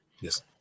Yes